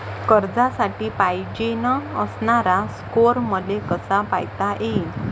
कर्जासाठी पायजेन असणारा स्कोर मले कसा पायता येईन?